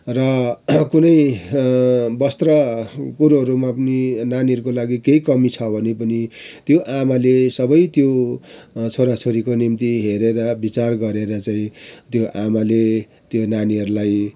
र कुनै बस्त्र कुरोहरूमा पनि नानीहरूको लागि पनि केही कमी छ भने पनि त्यो आमाले सबै त्यो छोरा छोरीको निम्ति हेरेर बिचार गरेर चाहिँ त्यो आमाले त्यो नानीहरूलाई